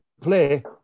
play